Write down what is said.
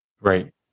Right